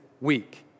week